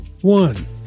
One